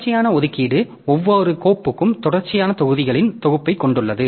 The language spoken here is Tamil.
தொடர்ச்சியான ஒதுக்கீடு ஒவ்வொரு கோப்பும் தொடர்ச்சியான தொகுதிகளின் தொகுப்பைக் கொண்டுள்ளது